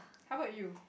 how about you